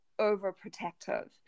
overprotective